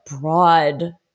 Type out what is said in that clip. broad